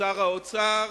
שר האוצר,